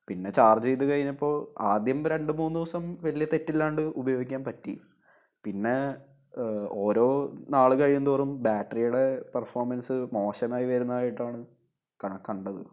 പിന്നെ ചാർജ് ചെയ്ത് കഴിഞ്ഞപ്പോൾ ആദ്യം രണ്ടു മൂന്നു ദിവസം വലിയ തെറ്റില്ലാതെ ഉപയോഗിക്കാൻ പറ്റി പിന്നെ ഓരോ നാളു കഴിയും തോറും ബാറ്ററിയുടെ പെർഫോമൻസ് മോശമായി വരുന്നതായിട്ടാണ് കണ്ടത്